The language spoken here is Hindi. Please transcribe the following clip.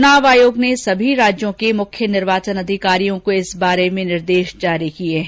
चुनाव आयोग ने सभी राज्यों के मुख्य निर्वाचन अधिकारियों को इस बारे में निर्देश जारी किए हैं